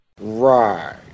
Right